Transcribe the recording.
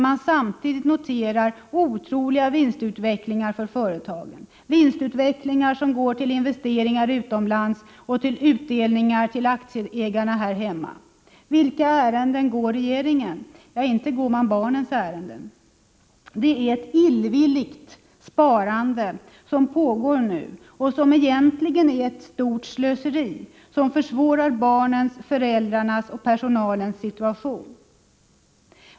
Men samtidigt noterar man en otrolig vinstutveckling för företagen. Det gäller pengar från vinstutveckling vilka går till investeringar utomlands och till utdelningar till aktieägarna här hemma. Vilkas ärenden går regeringen? Ja, inte går man barnens ärenden. Det är ett illvilligt sparande som pågår nu. Egentligen är det ett stort slöseri, som försvårar barnens, föräldrarnas och personalens situation.